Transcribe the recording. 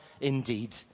indeed